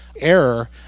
error